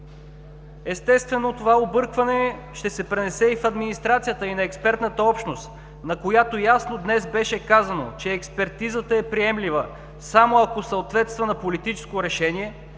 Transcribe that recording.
Естествено, това объркване ще се пренесе и в администрацията, и в експертната общност, на която днес ясно беше казано, че експертизата е приемлива само ако съответства на политическо решение